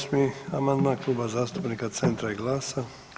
88. amandman Kluba zastupnika Centra i GLAS-a.